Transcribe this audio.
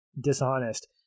dishonest